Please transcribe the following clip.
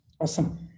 Awesome